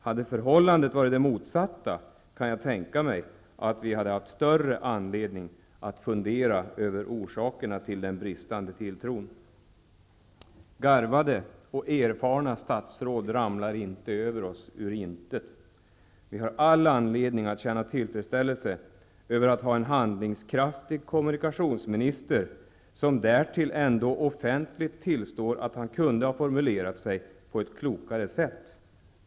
Hade förhållandet varit det motsatta, hade det funnits större anledning för oss att fundera över orsakerna till den bristande tilltron. Garvade och erfarna statsråd ramlar inte över oss ur intet. Vi har all anledning att känna tillfredsställelse över att vi har en handlingskraftig kommunikationsminister, som därtill ändå offentligt tillstår att han kunde ha formulerat sig på ett klokare sätt.